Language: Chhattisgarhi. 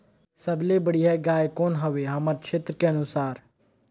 सबले बढ़िया गाय कौन हवे हमर क्षेत्र के अनुसार?